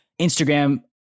Instagram